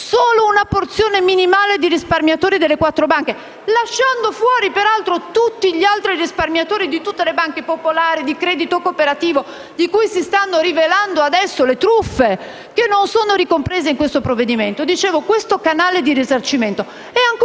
solo una porzione minimale dei risparmiatori delle quattro banche - lasciando fuori peraltro gli altri risparmiatori di tutte le banche popolari e di credito cooperativo di cui si stanno rivelando adesso le truffe che non sono ricomprese in questo provvedimento - è un canale ancora